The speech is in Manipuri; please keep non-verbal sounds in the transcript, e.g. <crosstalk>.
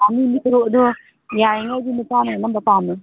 <unintelligible> ꯌꯥꯔꯤꯕꯃꯈꯩꯗꯤ ꯅꯨꯄꯥꯅ ꯑꯅꯝꯕ ꯄꯥꯝꯃꯦ